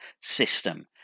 system